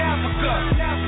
Africa